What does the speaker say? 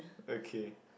okay